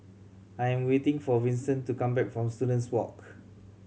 I am waiting for Vincent to come back from Students Walk